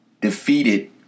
defeated